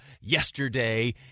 yesterday